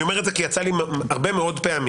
אני אומר את זה כי יצא לי הרבה מאוד פעמים